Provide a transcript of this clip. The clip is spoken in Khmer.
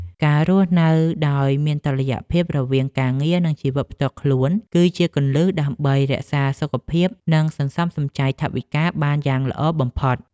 ការរស់នៅដោយមានតុល្យភាពរវាងការងារនិងជីវិតផ្ទាល់ខ្លួន គឺជាគន្លឹះដើម្បីរក្សាសុខភាពនិងសន្សំសំចៃថវិកាបានយ៉ាងល្អបំផុត។